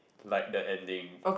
like the ending